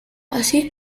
así